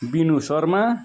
बिनु शर्मा